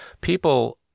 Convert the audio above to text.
People